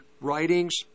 writings